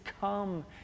come